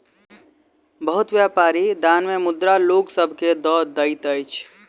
बहुत व्यापारी दान मे मुद्रा लोक सभ के दय दैत अछि